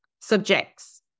subjects